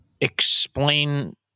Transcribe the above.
explain